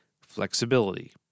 Flexibility